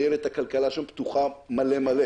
איילת, הכלכלה שם פתוחה מלא מלא.